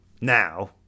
now